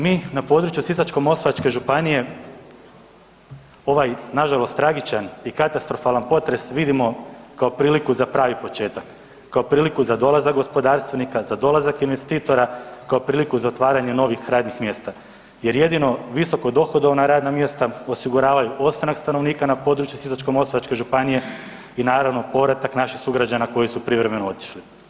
Mi na području Sisačko-moslavačke županije ovaj nažalost tragičan i katastrofalan potres vidimo kao priliku za pravi početak, kao priliku za dolazak gospodarstvenika, za dolazak investitora, kao priliku za otvaranje novih radnih mjesta jer jedino visokodohodovna radna mjesta osiguravaju ostanak stanovnika na području Sisačko-moslavačke županije i naravno, povratak naših sugrađana koji su privremeno otišli.